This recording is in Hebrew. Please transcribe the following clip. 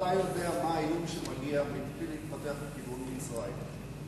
אתה יודע מה האיום שמגיע ומתחיל להתפתח מכיוון מצרים?